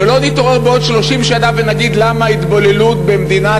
שלא נתעורר בעוד 30 שנה ונגיד למה ההתבוללות במדינת